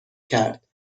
کرد